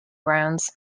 grounds